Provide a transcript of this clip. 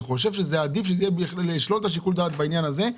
אני חושב שעדיף לשלול את שיקול הדעת בעניין הזה.